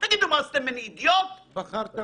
עשיתם ממני אידיוט?